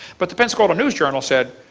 but the pensacola news journal said,